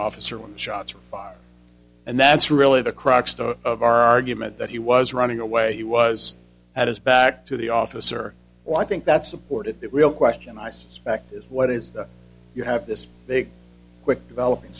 officer when shots were fired and that's really the crux of our argument that he was running away he was at his back to the officer well i think that's supported that real question i suspect is what is the you have this big developing